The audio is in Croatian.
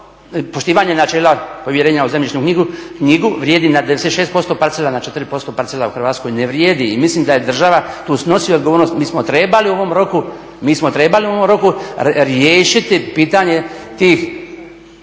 poštivanja načela povjerenja u zemljišnu knjigu vrijedi na 96% parcela, na 4% parcela u Hrvatskoj ne vrijedi. I mislim da je država tu snosi odgovornosti. Mi smo trebali u ovom roku riješiti pitanje tih